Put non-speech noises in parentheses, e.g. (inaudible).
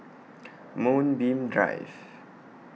Moonbeam Drive (noise)